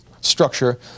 structure